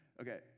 Okay